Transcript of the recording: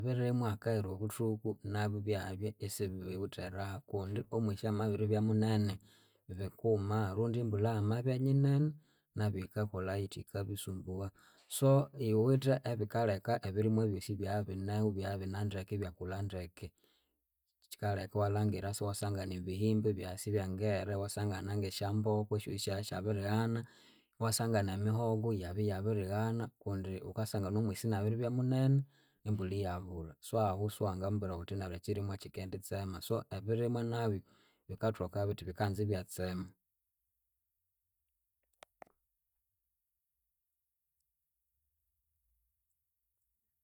Ebirimwa hakayira obuthuku nabyu byabya isibiwithe eraha kundi omwisi amabiribya munene bukuma rundi embulha yamabiribya nyinene nabyu yikakolayithi yikabisumbuwa. So iwithe ebikaleka ebirimwa byosi ibyabineho ibyakulha ndeke. Kyikaleka iwalhangira iwasangana ebihimba ibya sibyangera, iwasangana ngesyamboko esyosi isyasyabirighana iwasangana emihogo yabya yabirighana kundi wukasangana omwisi nabiribya munene embulha yabulha so ahu siwangambwira wuthi ekyirimwa ikyikenditsema so ebirimwa nabyu bikathoka bithi bikanza ibyatsema.